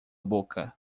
boca